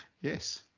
Yes